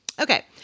Okay